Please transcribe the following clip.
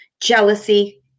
jealousy